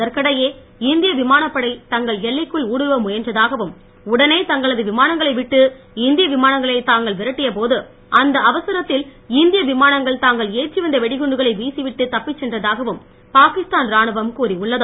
இதற்கிடையே இந்திய விமானப்படை தங்கள் எல்லைக்குள் ஊடுறுவ முயன்றதாகவும் உடனே தங்களது விமானங்களை விட்டு இந்திய விமானங்களை தாங்கள் விரட்டிய போது அந்த அவசரத்தில் இந்திய விமானங்கள் தாங்கள் ஏற்றிவந்த வெடிகுண்டுகளை வீசிவிட்டு தப்பிச் சென்றதாகவும் பாகிஸ்தான் ராணுவம் கூறியுள்ளது